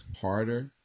harder